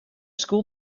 school